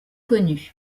connu